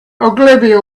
ogilvy